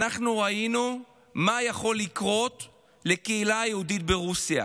ראינו מה יכול לקרות לקהילה היהודית ברוסיה.